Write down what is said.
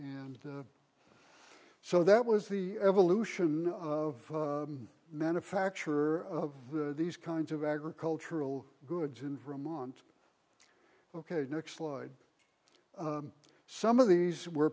and so that was the evolution of manufacture of these kinds of agricultural goods in vermont ok next slide some of these were